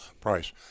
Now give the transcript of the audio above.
price